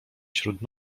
śród